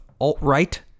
alt-right